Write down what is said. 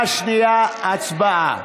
הצבעה.